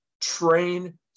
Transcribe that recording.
train